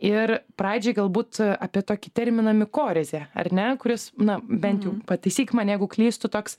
ir pradžiai galbūt apie tokį terminą mikorizė ar ne kuris na bent jau pataisyk mane jeigu klystu toks